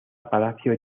palacio